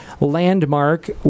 landmark